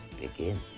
begin